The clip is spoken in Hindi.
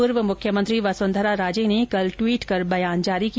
पूर्व मुख्यमंत्री वसुंधरा राजे ने कल ट्वीट कर बयान जारी किया